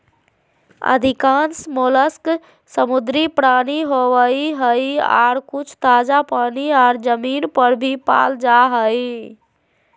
अधिकांश मोलस्क समुद्री प्राणी होवई हई, आर कुछ ताजा पानी आर जमीन पर भी पाल जा हई